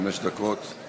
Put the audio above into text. חמש דקות.